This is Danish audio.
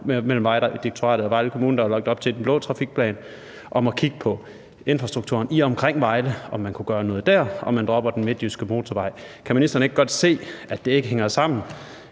og Vejle Kommune, som der var lagt op til i den blå trafikplan, om at kigge på infrastrukturen i og omkring Vejle, og om man kunne gøre noget der. Og man dropper den midtjyske motorvej. Kan ministeren ikke godt se, at det ikke hænger sammen,